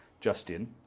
Justin